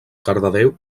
cardedeu